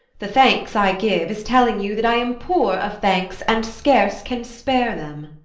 the thanks i give is telling you that i am poor of thanks, and scarce can spare them.